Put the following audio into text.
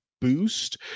boost